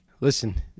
Listen